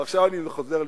אבל עכשיו אני חוזר,